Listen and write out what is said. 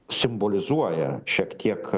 simbolizuoja šiek tiek